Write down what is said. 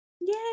Yay